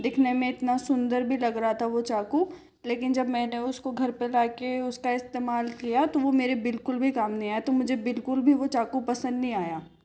दिखने में इतना सुंदर भी लग रहा था वो चाकू लेकिन जब मैंने उसको घर पे लाके उसका इस्तेमाल किया तो वो मेरे बिल्कुल भी काम नहीं आया तो मुझे बिल्कुल भी वो चाकू पसंद नहीं आया